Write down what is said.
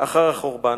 אחרי החורבן,